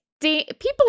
people